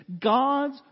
God's